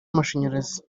amashanyarazi